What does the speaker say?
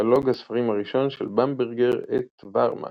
- קטלוג הספרים הראשון של במברגר את וואהרמן,